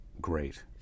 great